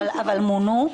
אבל מונו?